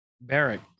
barrack